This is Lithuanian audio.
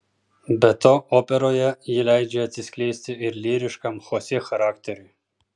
be to operoje ji leidžia atsiskleisti ir lyriškam chosė charakteriui